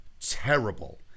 terrible